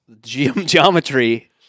geometry